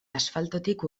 asfaltotik